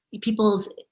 people's